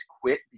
quit